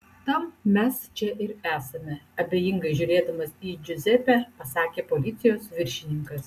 tam mes čia ir esame abejingai žiūrėdamas į džiuzepę pasakė policijos viršininkas